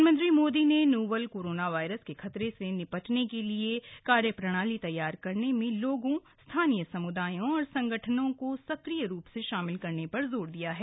प्रधानमंत्री मोदी ने novel coronavirus के खतरे से निपटने के लिए कार्य प्रणाली तैयार करने में लोगों स्थानीय समुदायों और संगठनों को सक्रिय रूप से शामिल करने पर जोर दिया है